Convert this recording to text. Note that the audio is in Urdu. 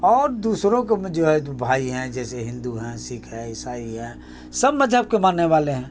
اور دوسروں کو میں جو ہے بھائی ہیں جیسے ہندو ہیں سکھ ہے عیسائی ہیں سب مذہب کے ماننے والے ہیں